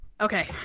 Okay